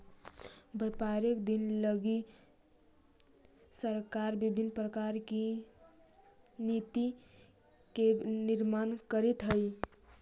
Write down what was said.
व्यापारिक दिन लगी सरकार विभिन्न प्रकार के नीति के निर्माण करीत हई